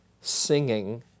singing